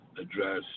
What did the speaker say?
address